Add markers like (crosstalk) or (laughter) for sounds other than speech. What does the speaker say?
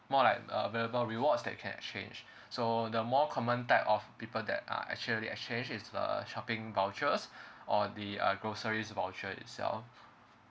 more like available rewards that you can exchange (breath) so the more common type of people that are actually exchange is the shopping vouchers or the uh groceries voucher itself